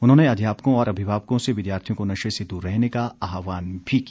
उन्होंने अध्यापकों और अभिभावकों से विद्यार्थियों को नशे से दूर रखने का आहवान भी किया